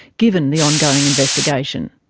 given the ongoing investigation.